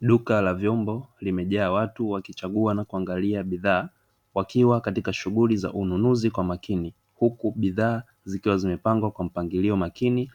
Duka la vyombo limejaa watu wakichagua na kuangalia bidhaa wakiwa katika shughuli za ununuzi kwa makini huku bidhaa zikiwa zimepangwa kwa mpangilio makini,